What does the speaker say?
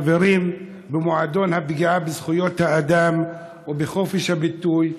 חברים במועדון הפגיעה בזכויות האדם ובחופש הביטוי,